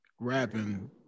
rapping